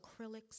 acrylics